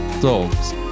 dogs